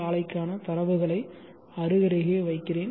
ஆலைக்கான தரவுகளை அருகருகே வைக்கிறேன்